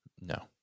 No